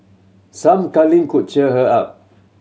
some cuddling could cheer her up